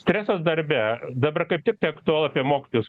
stresas darbe dabar kaip tik tai aktualu apie mokytojus